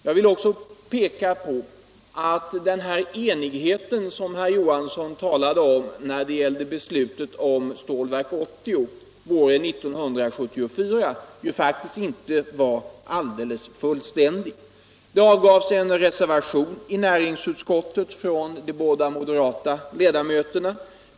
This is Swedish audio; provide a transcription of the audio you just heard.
Jag vill peka på att den enighet som herr Johansson talade om när det gällde beslutet om Stålverk 80 våren 1974 ju faktiskt inte var alldeles fullständig. I näringsutskottet avgavs en reservation från de båda moderata ledamöterna.